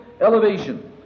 elevation